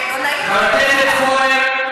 חבר הכנסת פורר,